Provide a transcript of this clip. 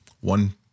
one